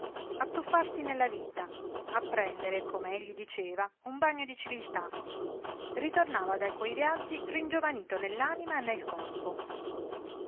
a tuffarsi nella vita a prendere com'egli diceva un bagno di civiltà ritornava da quei viaggi ringiovanito nell'anima e nel corpo